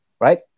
right